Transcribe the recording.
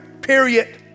Period